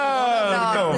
הצבעה בישיבה כאמור תהיה שמית,